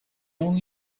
only